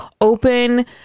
Open